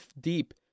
deep